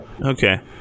Okay